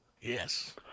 Yes